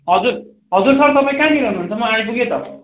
हजुर हजुर सर तपाईँ कहाँनेर हुनु हुन्छ म आइपुगे त